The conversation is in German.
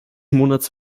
monats